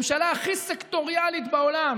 הממשלה הכי סקטוריאלית בעולם,